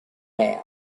man